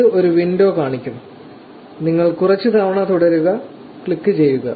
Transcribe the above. ഇത് ഒരു വിൻഡോ കാണിക്കും നിങ്ങൾ കുറച്ച് തവണ തുടരുക ക്ലിക്കുചെയ്യുക